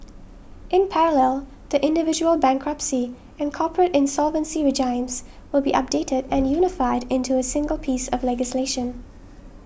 in parallel the individual bankruptcy and corporate insolvency regimes will be updated and unified into a single piece of legislation